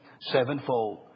sevenfold